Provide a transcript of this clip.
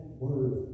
word